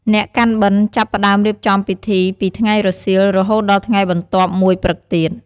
អ្នកកាន់បិណ្ឌចាប់ផ្តើមរៀបចំពិធីពីថ្ងៃរសៀល រហូតដល់ថ្ងៃបន្ទាប់មួយព្រឹកទៀត។